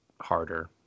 harder